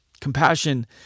Compassion